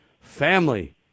family